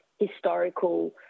historical